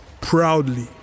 proudly